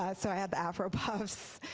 i so i had the afro puffs.